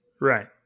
Right